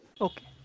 okay